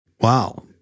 wow